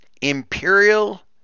Imperial